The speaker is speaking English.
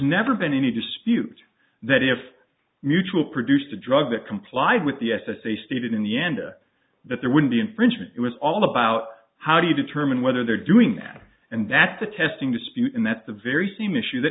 never been any dispute that if mutual produced a drug that complied with the s s a stated in the enda that there would be infringement it was all about how do you determine whether they're doing that and that's the testing dispute and that's the very same issue th